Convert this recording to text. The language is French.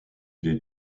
des